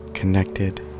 connected